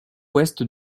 ouest